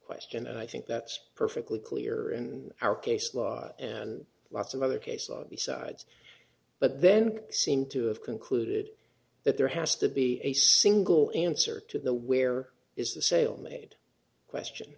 question and i think that's perfectly clear in our case law and lots of other cases besides but then seem to have concluded that there has to be a single answer to the where is the sale made question